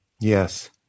Yes